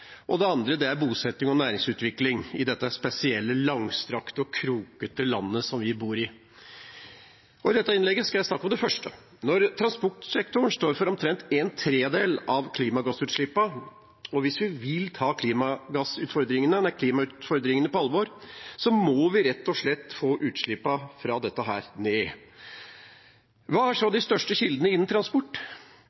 og det andre er bosetting og næringsutvikling i dette spesielle, langstrakte og krokete landet som vi bor i. I dette innlegget skal jeg snakke om det første. Når transportsektoren står for omtrent en tredel av klimagassutslippene, og hvis vi vil ta klimautfordringene på alvor, må vi rett og slett få utslippene fra dette ned. Hva er så